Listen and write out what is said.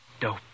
Dope